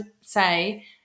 say